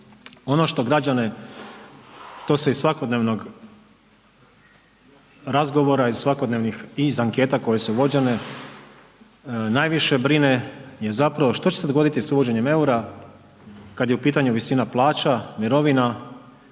Ono što građane, to se i iz svakodnevnog razgovora, iz svakodnevnih i iz anketa koje su vođene najviše brine je zapravo što će se dogoditi sa uvođenjem eura kada je u pitanju visina plaća, mirovina,